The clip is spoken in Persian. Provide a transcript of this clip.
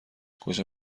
کجا